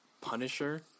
Punisher